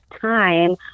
time